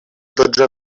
dotze